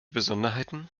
besonderheiten